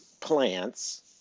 plants